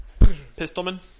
Pistolman